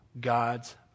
God's